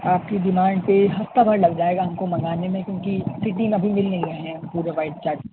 آپ کی ڈمانڈ پہ ہفتہ بھر لگ جائے گا ہم کو منگانے میں کیونکہ ابھی مِل نہیں رہے ہیں پورے وائٹ چارٹ